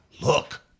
look